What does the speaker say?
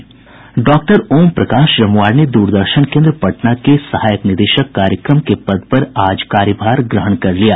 doctor Om Prakash Jamuar ने दूरदर्शन केन्द्र पटना के सहायक निदेशक कार्यक्रम के पद पर आज कार्यभार ग्रहण कर लिया